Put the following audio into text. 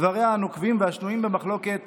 לדבריה הנוקבים והשנויים במחלוקת